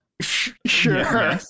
Sure